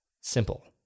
simple